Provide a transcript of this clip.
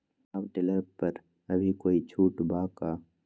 Power tiller पर अभी कोई छुट बा का?